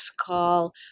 call